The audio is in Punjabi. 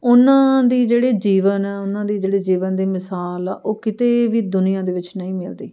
ਉਹਨਾਂ ਦੀ ਜਿਹੜੇ ਜੀਵਨ ਆ ਉਹਨਾਂ ਦੀ ਜਿਹੜੀ ਜੀਵਨ ਦੀ ਮਿਸਾਲ ਆ ਉਹ ਕਿਤੇ ਵੀ ਦੁਨੀਆ ਦੇ ਵਿੱਚ ਨਹੀਂ ਮਿਲਦੀ